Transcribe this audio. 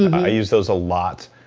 i used those a lot,